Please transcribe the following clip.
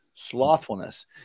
slothfulness